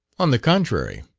on the contrary,